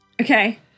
Okay